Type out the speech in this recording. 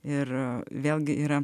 ir vėlgi yra